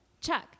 Chuck